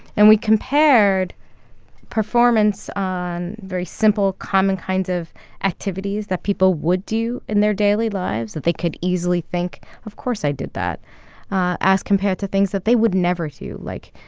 and we compared performance on very simple common kinds of activities that people would do in their daily lives that they could easily think, of course i did that as compared to things that they would never do. like,